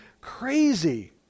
crazy